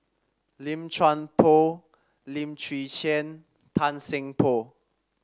Lim Chuan Poh Lim Chwee Chian Tan Seng Poh